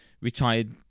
retired